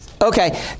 Okay